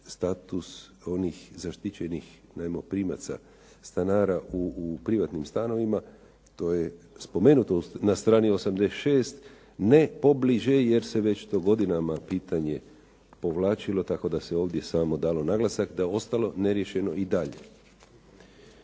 status onih zaštićenih najmoprimaca, stanara u privatnim stanovima. To je spomenuto na strani 86., ne pobliže jer se već to godinama pitanje povlačilo, tako da se ovdje samo dalo naglasak da je ostalo neriješeno i dalje.